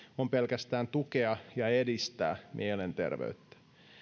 on pelkästään tukea ja edistää mielenterveyttä